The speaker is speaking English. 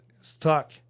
stuck